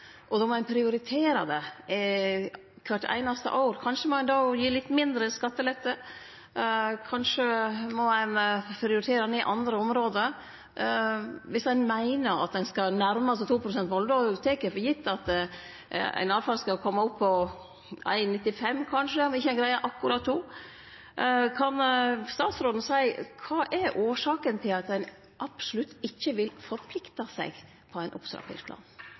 det. Då må ein prioritere det kvart einaste år. Kanskje må ein då gi litt mindre skattelette, kanskje må ein prioritere ned andre område. Om ein meiner at ein skal nærme seg 2-prosentmålet, tek eg det for gitt at ein i alle fall kjem opp på 1,95 pst., kanskje – om ein ikkje greier akkurat 2 pst. Kan statsråden seie kva som er årsaka til at ein absolutt ikkje vil forplikte seg til ein opptrappingsplan?